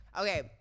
okay